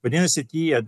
vadinasi tie